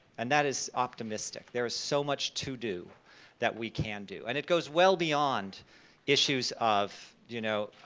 and that is optimistic, there's so much to do that we can do. and it goes well beyond issues of you know